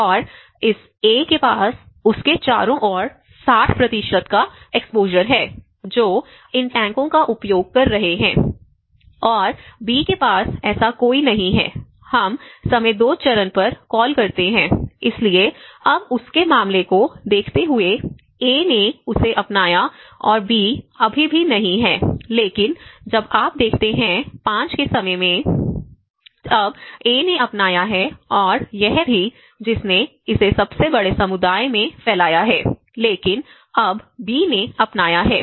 और इस 'ए' के पास उसके चारों ओर 60 का एक्सपोज़र है जो इन टैंकों का उपयोग कर रहे हैं और 'बी' के पास ऐसा कोई नहीं है हम समय 2 चरण पर कॉल करते हैं इसलिए अब उसके मामले को देखते हुए 'ए' ने उसे अपनाया है और 'बी' अभी भी नहीं है लेकिन जब आप देखते हैं 5 के समय में अब 'ए' ने अपनाया है और यह भी जिसने इसे सबसे बड़े समुदाय में फैलाया है लेकिन अब 'बी' ने अपनाया है